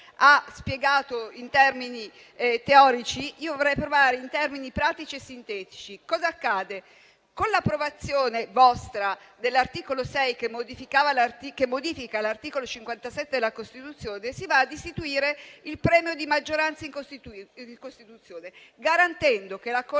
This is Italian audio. ha spiegato, in termini teorici, e io vorrei provare a farlo in termini pratici e sintetici. Cosa accade? Con l'approvazione dell'articolo 6, che modifica l'articolo 57 della Costituzione, si va ad istituire il premio di maggioranza in Costituzione, garantendo che la coalizione